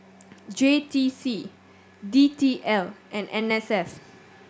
J T C D T L and N S F